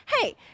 hey